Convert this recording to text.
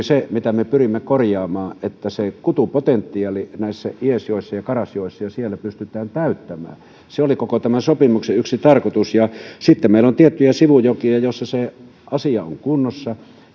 se mitä me pyrimme korjaamaan että se kutupotentiaali iesjoessa ja kaarasjoessa ja siellä pystytään täyttämään se oli koko tämän sopimuksen yksi tarkoitus sitten meillä on tiettyjä sivujokia joissa se asia on kunnossa